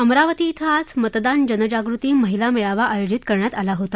अमरावती आज मतदान जनजागृती महिला मेळावा आयोजित करण्यात आला होता